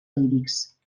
lírics